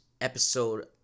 episode